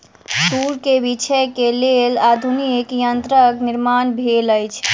तूर के बीछै के लेल आधुनिक यंत्रक निर्माण भेल अछि